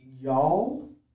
y'all